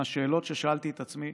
והן השאלות ששאלתי את עצמי